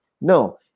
No